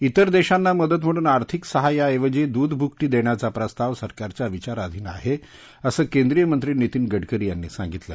इतर देशांना मदत म्हणून आर्थिक सहाय्याऐवजी आहे दूध भुकटी देण्याचा प्रस्ताव सरकारच्या विचाराधीन आहे असं केंद्रीय मंत्री नितीन गडकरी यांनी सांगितलं